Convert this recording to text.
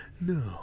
No